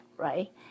right